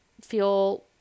feel